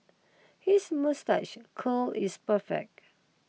his moustache curl is perfect